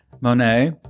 Monet